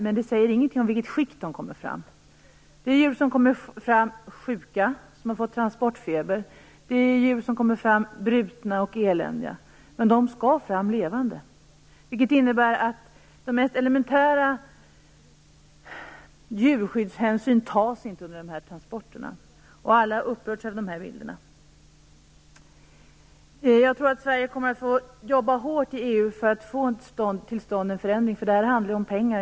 Men det säger ingenting om i vilket skick de kommer fram. Det finns djur som är sjuka - de har fått transportfeber - när de kommer fram. Det finns djur som är nedbrutna och eländiga när de kommer fram. Men de skall komma fram levande. Det innebär att de mest elementära djurskyddshänsyn inte tas under dessa transporter. Alla har upprörts över dessa bilder. Jag tror att Sverige kommer att få jobba hårt i EU för att få en förändring till stånd. Det handlar ju om pengar.